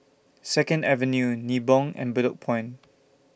Second Avenue Nibong and Bedok Point